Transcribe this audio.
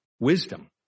Wisdom